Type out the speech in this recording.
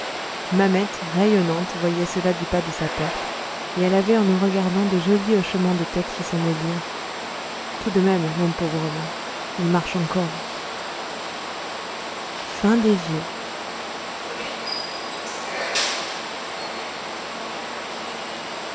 mamette rayonnante voyait cela du pas de sa porte et elle avait en nous regardant de jolis hochements de tête qui semblaient dire tout de même mon pauvre homme il marche encore